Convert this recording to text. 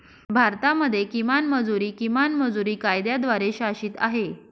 भारतामध्ये किमान मजुरी, किमान मजुरी कायद्याद्वारे शासित आहे